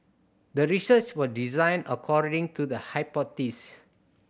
the research was designed according to the hypothesis